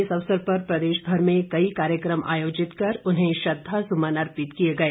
इस अवसर पर प्रदेशभर में कई कार्यक्रम आयोजित कर उन्हें पंडित नेहरू को श्रद्वासुमन अर्पित किए गए